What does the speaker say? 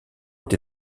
ont